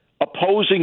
opposing